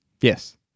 yes